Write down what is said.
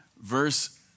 verse